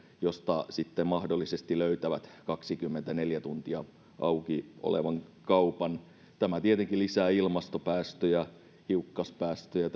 joista sitten mahdollisesti löytävät kaksikymmentäneljä tuntia auki olevan kaupan tämä tietenkin lisää ilmastopäästöjä hiukkaspäästöjä